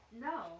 No